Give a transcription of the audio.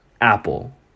Apple